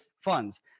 funds